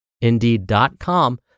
Indeed.com